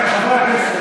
לחם, עבודה.